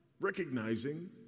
recognizing